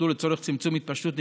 ואתם פוגעים בזכויות בסיסיות.